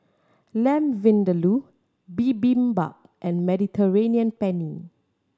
Lamb Vindaloo Bibimbap and Mediterranean Penne